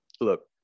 look